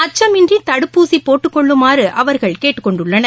அச்சமின்றிதடுப்பூசிபோட்டுக்கொள்ளுமாறுஅவர்கள் கேட்டுக்கொண்டுள்ளனர்